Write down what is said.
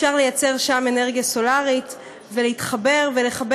אפשר לייצר שם אנרגיה סולרית ולהתחבר ולחבר